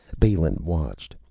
balin watched.